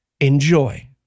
Enjoy